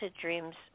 dreams